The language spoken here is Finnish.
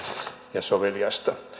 ja soveliasta